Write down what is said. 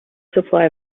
supply